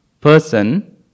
person